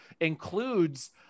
includes